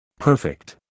Perfect